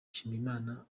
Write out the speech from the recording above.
nshimiyimana